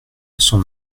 son